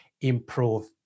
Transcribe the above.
improve